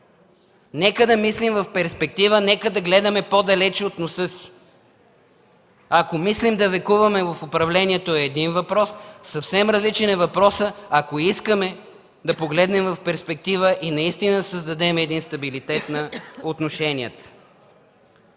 Нека да мислим в перспектива, нека да гледаме по-далеч от носа си. Ако мислим да векуваме в управлението – е един въпрос, съвсем различен е въпросътq ако искаме да погледнем в перспектива и наистина да създадем стабилитет в отношенията.